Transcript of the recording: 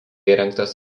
įrengtas